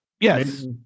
Yes